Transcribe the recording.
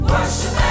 Worship